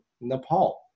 Nepal